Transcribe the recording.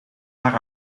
naar